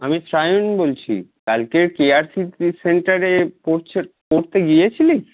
আমি সায়ন বলছি কালকে কে আর সি সেন্টারে পড়ছে পড়তে গিয়েছিলি